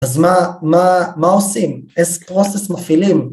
אז מה, מה, מה עושים? איזה פרוסס מפעילים?